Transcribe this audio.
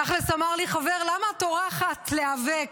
תכלס אמר לי חבר: למה את טורחת להיאבק?